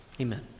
amen